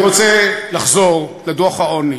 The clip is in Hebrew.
אני רוצה לחזור לדוח העוני,